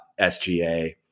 SGA